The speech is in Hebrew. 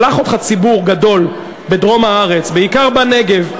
שלח אותך ציבור גדול בדרום הארץ, בעיקר בנגב.